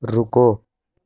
رکو